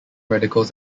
radicals